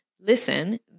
listen